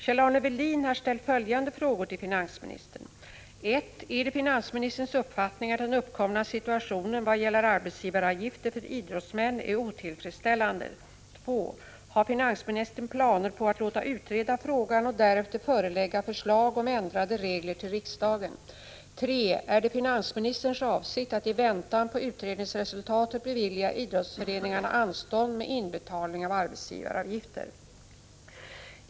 Kjell-Arne Welin har ställt följande frågor till finansministern: 1. Är det finansministerns uppfattning att den uppkomna situationen, vad gäller arbetsgivaravgifter för idrottsmän, är otillfredsställande? 2. Har finansministern planer på att låta utreda frågan och därefter förelägga förslag om ändrade regler till riksdagen? 3. Är det finansministerns avsikt att i väntan på utredningsresultatet bevilja idrottsföreningarna anstånd med inbetalning av arbetsgivaravgifter?